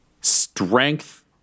strength